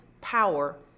power